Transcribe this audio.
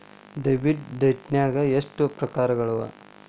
Debit ಡೈಟ್ನ್ಯಾಗ್ ಎಷ್ಟ್ ಪ್ರಕಾರಗಳವ?